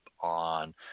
on